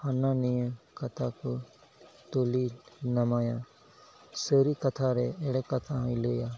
ᱦᱟᱱᱟ ᱱᱤᱭᱟᱹ ᱠᱟᱛᱷᱟ ᱠᱚ ᱛᱩᱞᱟᱹ ᱱᱟᱢᱟᱭᱟ ᱥᱟᱹᱨᱤ ᱠᱟᱛᱷᱟᱨᱮ ᱮᱲᱮ ᱠᱟᱛᱷᱟ ᱦᱚᱭ ᱞᱟᱹᱭᱟ